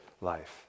life